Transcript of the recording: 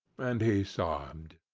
and he sobbed.